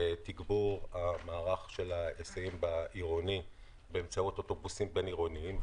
לתגבור המערך של ההיסעים בעירוני באמצעות אוטובוסים בין-עירוניים,